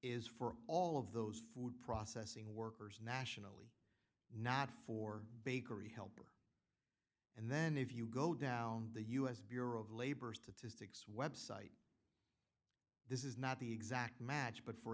is for all of those food processing workers nationally not for bakery help and then if you go down the u s bureau of labor statistics website this is not the exact match but for